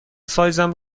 سایزم